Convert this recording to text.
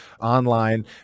online